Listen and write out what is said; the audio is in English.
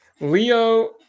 Leo